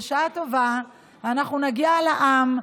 בשעה טובה אנחנו נגיע לעם,